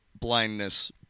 blindness